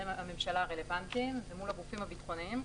הממשלה הרלוונטיים ומול הגופים הביטחוניים,